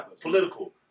political